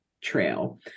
trail